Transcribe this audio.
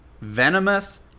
venomous